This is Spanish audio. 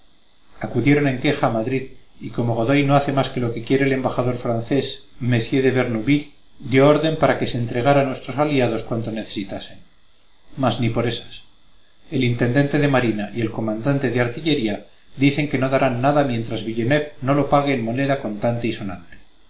acudieron en queja a madrid y como godoy no hace más que lo que quiere el embajador francés mr de bernouville dio orden para que se entregara a nuestros aliados cuanto necesitasen mas ni por esas el intendente de marina y el comandante de artillería dicen que no darán nada mientras villeneuve no lo pague en moneda